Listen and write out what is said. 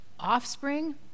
offspring